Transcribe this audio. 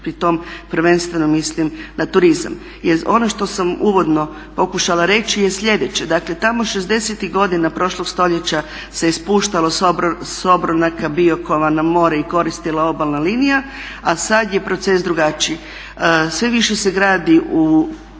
pri tom prvenstveno mislim na turizam. Ono što sam uvodno pokušala reći je slijedeće, dakle tamo 60.tih godina prošlog stoljeća se je spuštalo s obronaka Biokova na more i koristila obalna linija, a sad je proces drugačiji. Sve više se gradi u